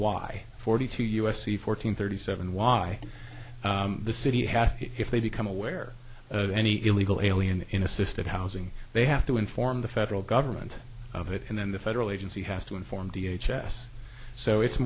y forty two u s c fourteen thirty seven why the city has if they become aware of any illegal alien in assisted housing they have to inform the federal government of it and then the federal agency has to inform the h s so it's